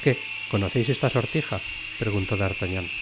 qué conoceis esta sortija preguntó d'artagnan